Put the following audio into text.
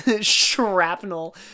shrapnel